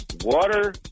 Water